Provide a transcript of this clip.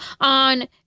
on